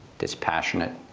dispassionate,